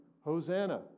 Hosanna